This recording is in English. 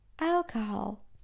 Alcohol